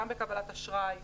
גם בקבלת אשראי,